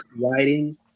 writing